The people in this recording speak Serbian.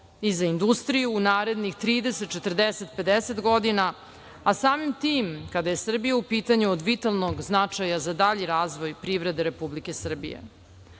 i za industriju u narednih 30, 40, 50 godina, a samim tim, kada je Srbija u pitanju, od vitalnog značaja za dalji razvoj privrede Republike Srbije.